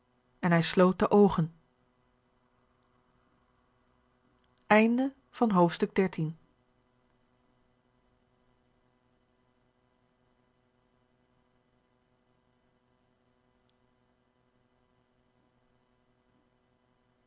en hij sloot de oogen